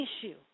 issue